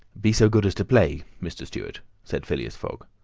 be so good as to play, mr. stuart, said phileas fogg.